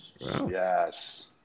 Yes